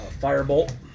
Firebolt